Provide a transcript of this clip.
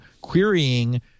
querying